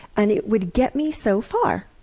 and it would get me so far.